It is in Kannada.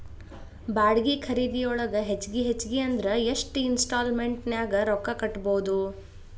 ಬಾಡ್ಗಿ ಖರಿದಿಯೊಳಗ ಹೆಚ್ಗಿ ಹೆಚ್ಗಿ ಅಂದ್ರ ಯೆಷ್ಟ್ ಇನ್ಸ್ಟಾಲ್ಮೆನ್ಟ್ ನ್ಯಾಗ್ ರೊಕ್ಕಾ ಕಟ್ಬೊದು?